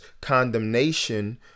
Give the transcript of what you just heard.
condemnation